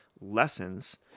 lessons